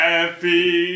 Happy